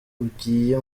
ugiye